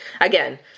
again